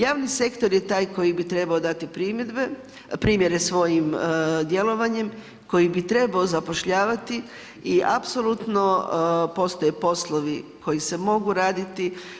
Javni sektor je taj koji bi trebao dati primjedbe, primjere svojim djelovanjem, koji bi trebao zapošljavati i apsolutno postoje poslovi koji se mogu raditi.